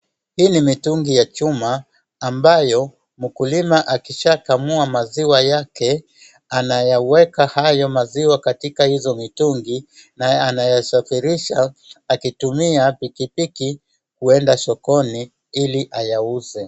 Hii ni mitungi ya chuma ambayo mkulima akishaa kamua maziwa yake anayaweka hayo maziwa katika hizo mitungi na anayasafirisha akitumia pikipiki kuenda sokoni ili ayauze.